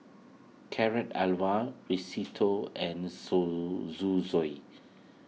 Carrot Halwa Risotto and Zosui